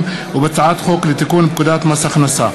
ובהצעת חוק לתיקון פקודת מס הכנסה,